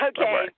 Okay